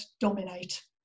dominate